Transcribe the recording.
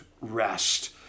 rest